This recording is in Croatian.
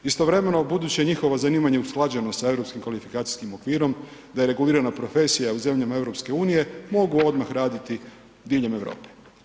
Istovremeno buduće njihovo zanimanje je usklađeno sa europskim kvalifikacijskim okvirom da je regulirana profesija u zemljama Europske unije mogu odmah raditi diljem Europe.